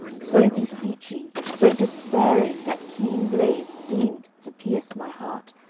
so beseeching, so despairing that keen blades seemed to pierce my heart,